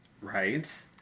Right